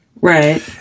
Right